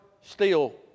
steel